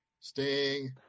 Sting